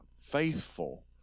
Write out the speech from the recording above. faithful